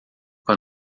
com